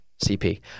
CP